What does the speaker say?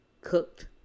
cooked